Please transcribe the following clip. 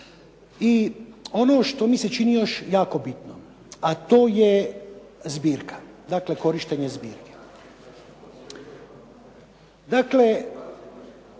I ono što mi se čini još jako bitno a to je zbirka, dakle korištenje zbirke.